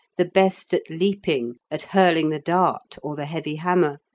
the best at leaping, at hurling the dart or the heavy hammer,